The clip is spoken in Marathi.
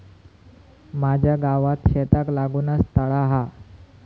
माझ्या गावात शेताक लागूनच तळा हा